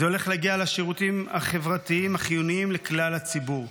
זה הולך להגיע לשירותים החברתיים החיוניים לכלל הציבור.